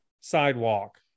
sidewalk